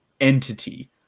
entity